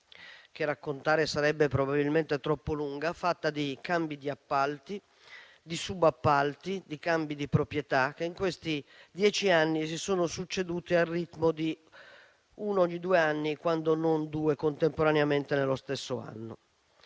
che a raccontarla sarebbe probabilmente troppo lunga, fatta di cambi di appalto, di subappalti e di proprietà, che in questi dieci anni si sono succedute al ritmo di una ogni due anni, quando non due contemporaneamente nello stesso anno.